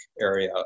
area